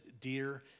dear